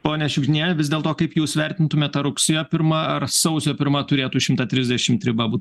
ponia šiukšdiniene vis dėlto kaip jūs vertintumėt ar rugsėjo pirma ar sausio pirma turėtų šimtą trisdešimt riba būt